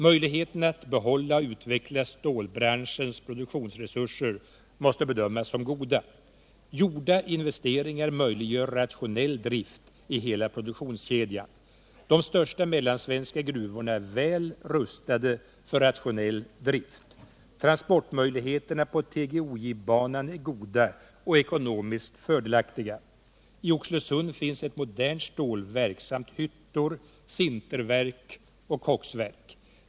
Möjligheten att behålla och utveckla stålbranschens produktionsresurser måste bedömas som god. Gjorda investeringar möjliggör rationell drift i hela produktionskedjan. De största mellansvenska gruvorna är väl rustade för rationell drift. Transportmöjligheterna på TGOJ-banan är goda och ekonomiskt fördelaktiga. I Oxelösund finns ett modernt stålverk samt hyttor, sinterverk och koksverk.